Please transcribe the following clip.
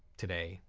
today,